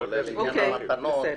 כולל עניין המתנות.